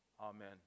Amen